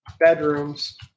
bedrooms